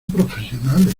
profesionales